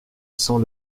sent